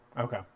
okay